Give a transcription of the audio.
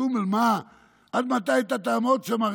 טומל, מה, עד מתי אתה תעמוד שם?